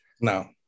No